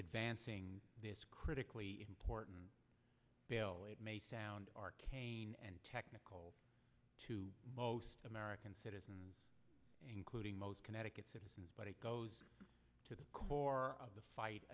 advancing this critically important bill it may sound arcane and technical to most american citizens including most connecticut citizens but it goes to the core of the fight